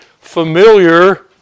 familiar